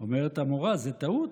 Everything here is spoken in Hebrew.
אומרת המורה: זו טעות.